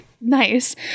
nice